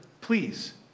please